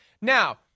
Now